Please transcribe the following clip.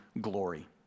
glory